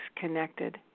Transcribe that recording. connected